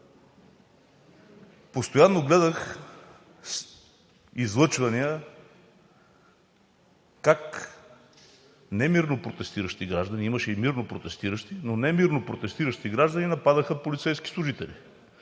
постоянно гледах излъчвания как не мирно протестиращи граждани, имаше и мирно протестиращи, но не мирно протестиращи граждани нападаха полицейски служители.